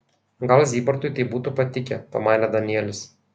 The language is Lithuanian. gal zybartui tai būtų patikę pamanė danielis